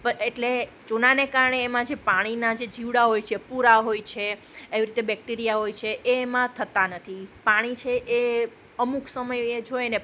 એટલે ચૂનાને કારણે એમાં જે પાણીના જે જીવડા હોય છે પૂરા હોય છે એવી રીતે બેક્ટેરિયાઓ હોય છે એમા થતાં નથી પાણી છે એ અમુક સમયે જો